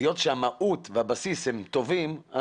היות שהמהות והבסיס הם טובים,